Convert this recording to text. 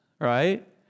right